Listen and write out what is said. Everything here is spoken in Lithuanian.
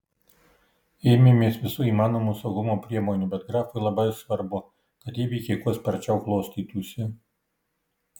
ėmėmės visų įmanomų saugumo priemonių bet grafui labai svarbu kad įvykiai kuo sparčiau klostytųsi